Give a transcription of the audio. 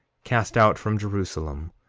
cast out from jerusalem,